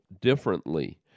differently